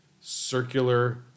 circular